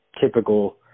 typical